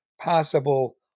Possible